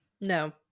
No